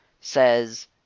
says